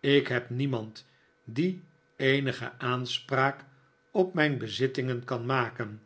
ik heb niemand die eenige aanspraak op mijn bezittingen kan maken